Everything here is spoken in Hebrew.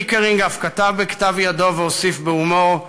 פיקרינג אף כתב בכתב-ידו והוסיף בהומור: